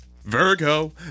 Virgo